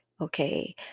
okay